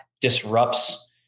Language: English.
disrupts